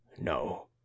No